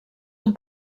amb